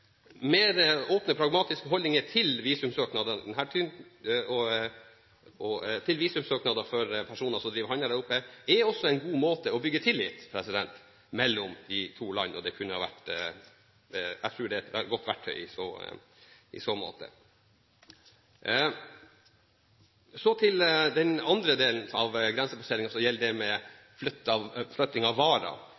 Mer åpne og pragmatiske holdninger til visumsøknader for personer som driver handel der oppe, er også en god måte å bygge tillit på mellom de to land, og jeg tror det er et godt verktøy i så måte. Så til den andre delen av grensepasseringen som gjelder det med